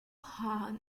hahn